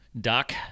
doc